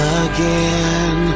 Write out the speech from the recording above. again